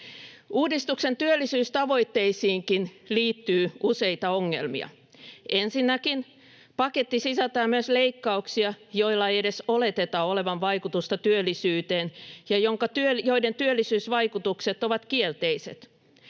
Uudistuksen työllisyystavoitteisiinkin liittyy useita ongelmia. Ensinnäkin, paketti sisältää myös leikkauksia, joilla ei edes oleteta olevan vaikutusta työllisyyteen ja joiden työllisyysvaikutukset ovat kielteiset.